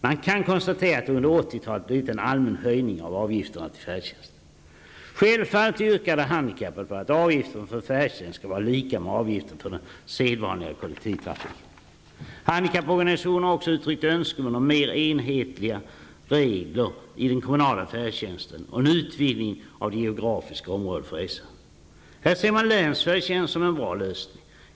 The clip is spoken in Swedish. Det kan konstateras att det under 80-talet blivit en allmän höjning av avgifterna till färdtjänsten. Självfallet yrkar de handikappade på att avgiften på färdtjänst skall vara lika med avgiften för den sedvanliga kollektivtrafiken. Handikapporganisationerna har också uttryckt önskemål om mer enhetliga regler inom den kommunala färdtjänsten och en utvidgning av det geografiska området för resor. Här ser man länsfärdtjänst som en bra lösning.